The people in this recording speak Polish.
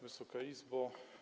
Wysoka Izbo!